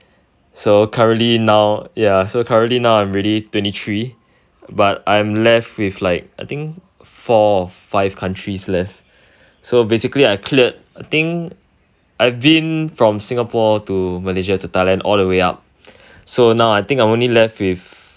so currently now ya so currently now I'm already twenty three but I'm left with like I think four or five countries left so basically I cleared I think I'd been from Singapore to Malaysia to Thailand all the way up so now I think I only left with